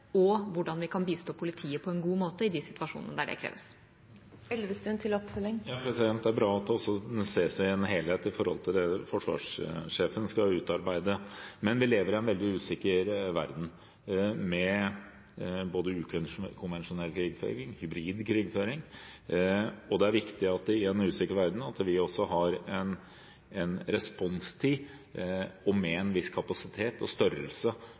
og hvordan vi kan bistå politiet på en god måte i de situasjonene der det kreves. Det er bra at det også ses i en helhet i forhold til det forsvarssjefen skal utarbeide. Men vi lever i en veldig usikker verden, med både ukonvensjonell krigføring og hybrid krigføring, og det er viktig i en usikker verden at vi også har en responstid og med en viss kapasitet og størrelse